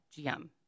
GM